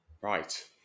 Right